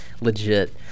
legit